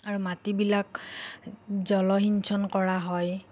আৰু মাটিবিলাক জলসিঞ্চন কৰা হয়